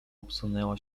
obsunęła